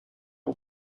aux